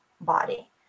body